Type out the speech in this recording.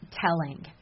telling